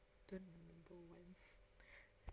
don't know don't want